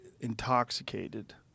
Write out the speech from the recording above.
intoxicated